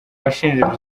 bashinja